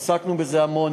עסקנו בזה המון,